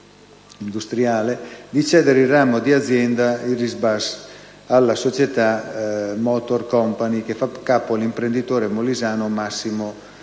di cedere il ramo di azienda Irisbus alla società DR Motor Company, che fa capo all'imprenditore molisano Massimo Di